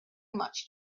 much